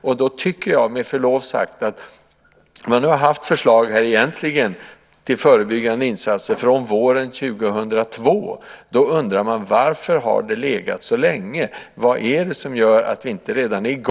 Man har nu med förlov sagt haft förslag till förebyggande insatser från våren 2002, och då undrar jag: Varför har det legat så länge? Vad är det som gör att vi inte redan är i gång med det här viktiga och effektiviserande arbetet?